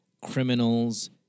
criminals